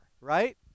right